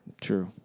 True